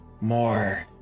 more